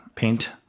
paint